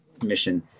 mission